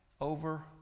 over